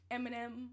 Eminem